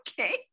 Okay